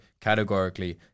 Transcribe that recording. categorically